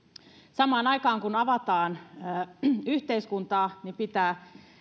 samaan aikaan kun avataan yhteiskuntaa pitää